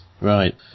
Right